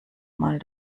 mal